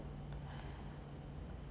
okay okay okay